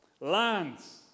lands